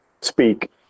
speak